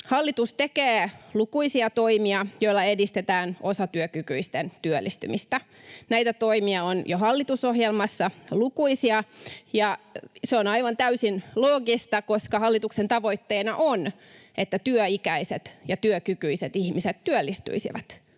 Hallitus tekee lukuisia toimia, joilla edistetään osatyökykyisten työllistymistä. Näitä toimia on jo hallitusohjelmassa lukuisia, ja se on aivan täysin loogista, koska hallituksen tavoitteena on, että työikäiset ja työkykyiset ihmiset työllistyisivät,